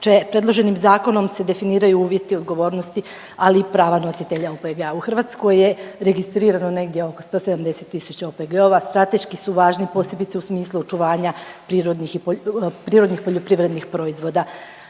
Predloženim zakonom se definiraju uvjeti odgovornosti, ali i prava nositelja OPG-a. U Hrvatskoj je registrirano negdje oko 170 000 OPG-ova. Strateški su važni posebice u smislu očuvanja prirodnih poljoprivrednih proizvoda.